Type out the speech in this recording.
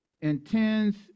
intends